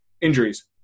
injuries